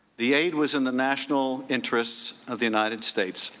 the aid was in the national interests of the united states.